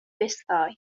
بستای